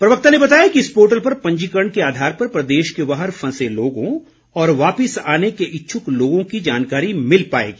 प्रवक्ता ने बताया कि इस पोर्टल पर पंजीकरण के आधार पर प्रदेश के बाहर फंसे लोगों और वापिस आने के इच्छुक लोगों की जानकारी मिल पाएगी